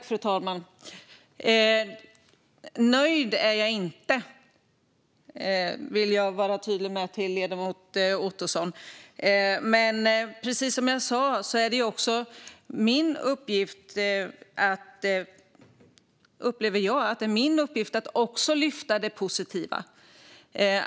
Fru talman! Nöjd är jag inte, vill jag vara tydlig med till ledamoten Ottosson. Men som jag sa upplever jag att det är min uppgift att lyfta fram också det positiva.